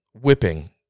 whipping